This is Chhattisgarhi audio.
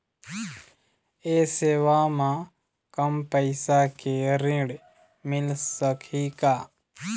ये सेवा म कम पैसा के ऋण मिल सकही का?